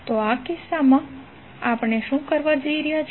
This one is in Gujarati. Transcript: તો આ કિસ્સામાં આપણે શું કરવા જઈ રહ્યા છીએ